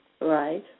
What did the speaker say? Right